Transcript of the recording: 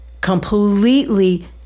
completely